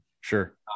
Sure